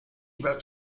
wrote